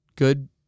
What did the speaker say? good